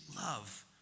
love